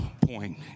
point